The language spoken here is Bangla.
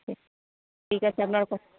ঠিক আছে আপনার